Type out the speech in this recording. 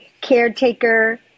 Caretaker